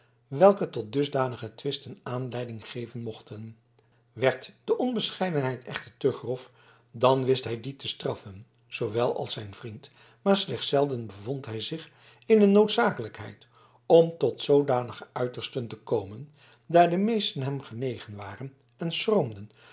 welke tot dusdanige twisten aanleiding geven mochten werd de onbescheidenheid echter te grof dan wist hij die te straffen zoowel als zijn vriend maar slechts zelden bevond hij zich in de noodzakelijkheid om tot zoodanige uitersten te komen daar de meesten hem genegen waren en